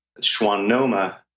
schwannoma